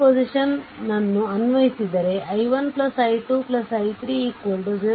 superposition ನ್ನು ಅನ್ವಯಿಸಿದರೆ i1 i2 i3 0